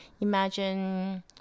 imagine